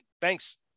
Thanks